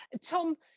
Tom